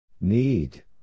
Need